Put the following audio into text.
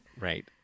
Right